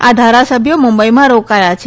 આ ધારાસભ્યો મુંબઈમાં રોકાયા છે